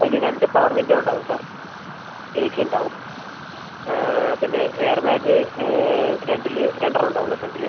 അതിൽ രണ്ട് power window ഉണ്ടാവും സാർ എ സി ഉണ്ടാവും പിന്നെ എയർ ബാഗ് രണ്ടില് രണ്ടെണ്ണം ഉണ്ടാവുള്ളൂ ഫ്രണ്ടിൽ